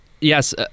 yes